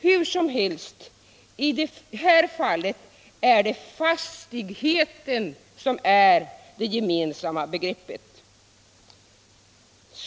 Hur som helst — i det här fallet är det fastigheten som är det gemensamma begreppet.